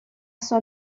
سال